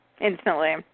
instantly